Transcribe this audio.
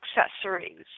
Accessories